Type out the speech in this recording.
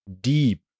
deep